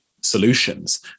solutions